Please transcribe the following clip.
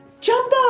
Jumbo